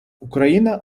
україна